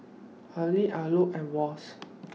Habhal Alcott and Wall's